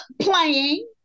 playing